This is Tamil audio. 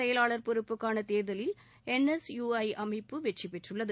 செயலாளர் பொறுப்புக்கான தேர்தலில் என் எஸ் யு ஐ அமைப்பு வெற்றிபெற்றுள்ளது